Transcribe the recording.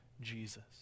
Jesus